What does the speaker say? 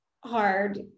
hard